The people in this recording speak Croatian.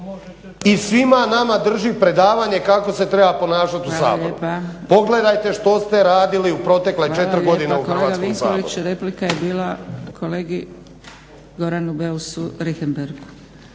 I svima nama drži predavanje kako se treba ponašati u Saboru. Pogledajte što ste radili u protekle 4 godine u Hrvatskom saboru.